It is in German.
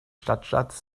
stadtstaats